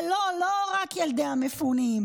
ולא, לא רק ילדי המפונים.